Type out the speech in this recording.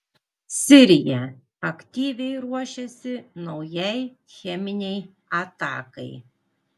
sirija aktyviai ruošėsi naujai cheminei atakai